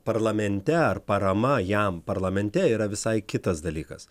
parlamente ar parama jam parlamente yra visai kitas dalykas